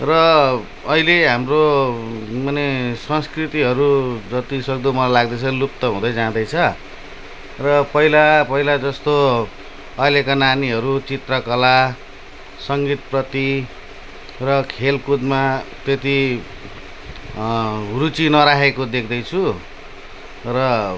र अहिले हाम्रो माने संस्कृतिहरू जति सक्दो मलाई लाग्दै छ लुप्त हुँदै जाँदैछ र पहिला पहिला जस्तो अहिलेको नानीहरू चित्रकला सङ्गीत प्रति र खेलकुदमा त्यति रुचि नराखेको देख्दैछु र